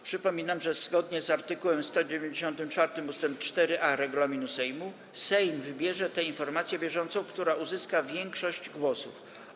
Przypominam, że zgodnie z art. 194 ust. 4a regulaminu Sejmu Sejm wybierze tę informację bieżącą, która uzyska większość głosów.